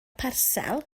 parsel